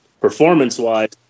performance-wise